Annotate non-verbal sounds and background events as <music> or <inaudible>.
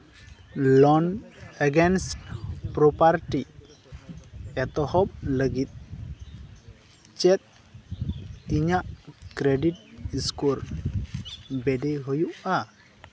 loan against property ᱮᱛᱦᱚᱵ ᱞᱟᱹᱜᱤᱫ ᱪᱮᱫ ᱤᱧᱟᱹᱜ ᱠᱨᱮᱰᱤᱴ ᱥᱠᱚᱨ <unintelligible> ᱦᱩᱭᱩᱜᱼᱟ